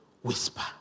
whisper